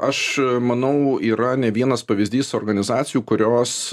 aš manau yra ne vienas pavyzdys organizacijų kurios